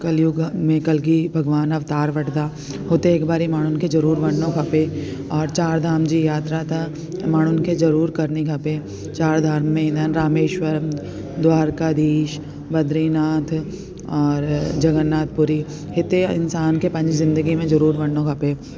कलयुग में कलगी भॻवानु अवतार वठंदा हुते हिकु बारी माण्हुनि खे ज़रूर वञिणो खपे और चारि धाम जी यात्रा त माण्हुनि खे ज़रूर करणी खपे चारि धाम में ईंदा आहिनि रामेश्वरम द्वारका धीश बद्रीनाथ और जगन्नाथपुरी हिते इंसान खे पंहिंजी ज़िंदगीअ में ज़रूर वञिणो खपे